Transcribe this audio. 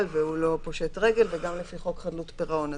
ושהוא לא פושט רגל וגם לפי חוק חדלות פירעון.